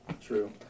True